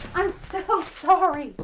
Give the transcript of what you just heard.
i'm so sorry. but